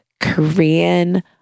Korean